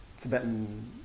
Tibetan